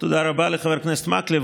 תודה רבה לחבר הכנסת מקלב.